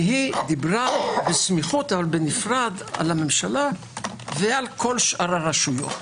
היא דיברה בסמכיות אבל בנפרד על הממשלה ועל כל שאר הרשויות.